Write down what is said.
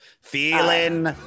feeling